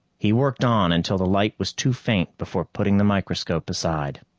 he worked on until the light was too faint before putting the microscope aside.